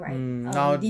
mm now